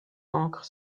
encre